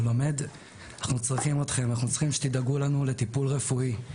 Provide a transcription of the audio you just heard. לכן אנחנו צריכים אתכם, שתדאגו לנו לטיפול רפואי,